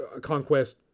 conquest